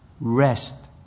Rest